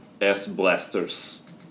S-Blasters